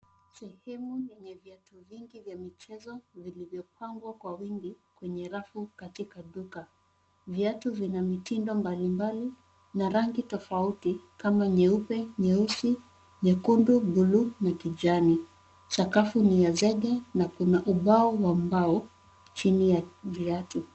Sehemu yenye viatu vingi vya michezo vilivyopangwa kwa wingi kwenye rafu katika duka. Viatu vina mitindo mbalimbali na rangi tofauti kama nyeupe, nyeusi, nyekundu, buluu na kijani. Sakafu ni ya zege na kuna ubao wa mbao chini ya viatu.